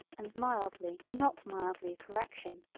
and mildly not mildly a correction,